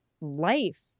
life